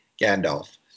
Gandalf